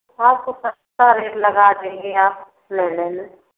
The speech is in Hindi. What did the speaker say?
आपको सस्ता रेट लगा देंगे आप ले लेना